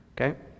okay